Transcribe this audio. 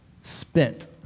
spent